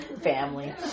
Family